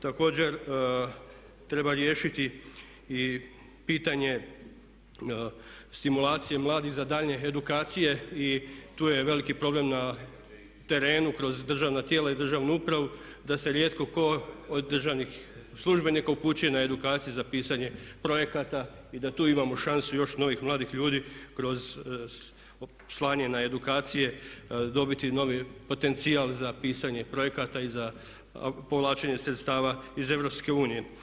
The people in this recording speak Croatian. Također treba riješiti i pitanje stimulacije mladih za daljnje edukacije i tu je veliki problem na terenu kroz državna tijela i državnu upravu da se rijetko ko od državnih službenika upućuje na edukaciju za pisanje projekata i da tu imamo šansu još novih mladih ljudi kroz slanje na edukacije dobiti novi potencijal za pisanje projekata i za povlačenje sredstava iz EU.